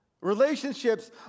Relationships